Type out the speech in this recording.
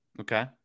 okay